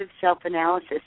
self-analysis